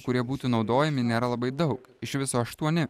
kurie būtų naudojami nėra labai daug iš viso aštuoni